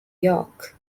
york